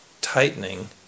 tightening